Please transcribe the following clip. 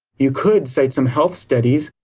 you could cite some health studies,